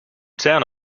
town